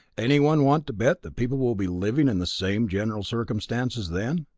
anyone want to bet that people will be living in the same general circumstances then?